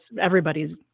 everybody's